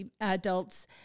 adults